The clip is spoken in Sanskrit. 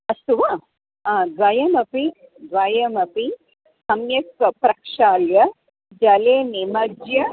अस्तु वा द्वयमपि द्वयमपि सम्यक् प्रक्षाल्य जले निमज्य